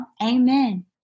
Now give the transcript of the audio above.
Amen